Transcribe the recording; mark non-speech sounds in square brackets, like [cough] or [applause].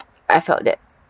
[noise] I felt that